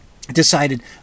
decided